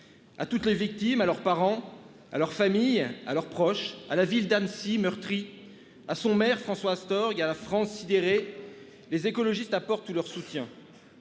À toutes les victimes à leurs parents à leur famille, à leurs proches à la ville d'Annecy meurtri à son maire François Astorg gars la France sidérée. Les écologistes, apportent leur soutien.